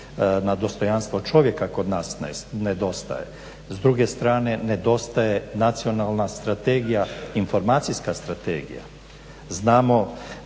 na dostojanstvo čovjeka kod nas nedostaje. S druge strane nedostaje nacionalna strategija, informacijska strategija. Znamo